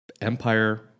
Empire